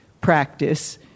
practice